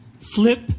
flip